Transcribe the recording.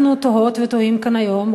אנחנו תוהות ותוהים כאן היום,